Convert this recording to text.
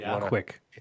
Quick